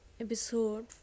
episode